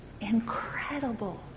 Incredible